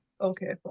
Okay